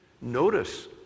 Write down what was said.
Notice